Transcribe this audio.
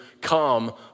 come